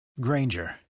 Granger